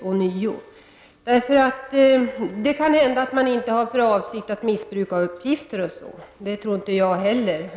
Inte heller jag tror att verket har för avsikt att missbruka uppgifter.